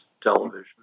television